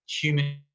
human